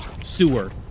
sewer